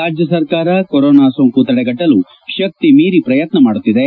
ರಾಜ್ಯ ಸರ್ಕಾರ ಕೊರೊನಾ ಸೋಂಕು ತಡೆಗಟ್ಟಲು ಶಕ್ತಿ ಮೀರಿ ಪ್ರಯತ್ನ ಮಾಡುತ್ತಿದೆ